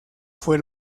fue